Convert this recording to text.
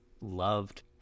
loved